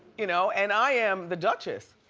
you know and i am the duchess.